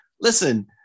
listen